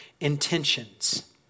intentions